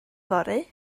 fory